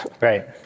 Right